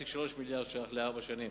1.3 מיליארד ש"ח בפריסה לארבע שנים,